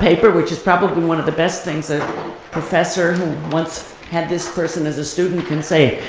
paper, which is probably one of the best things a professor once had this person as a student can say.